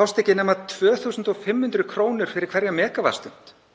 fást ekki nema 2.500 kr. fyrir hverja megavattstund.